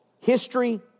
history